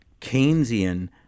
Keynesian